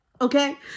okay